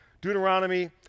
Deuteronomy